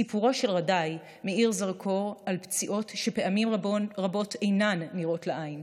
סיפורו של רדי מאיר כזרקור על פציעות שפעמים רבות אינן נראות לעין,